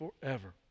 forever